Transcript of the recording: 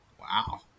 Wow